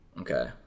okay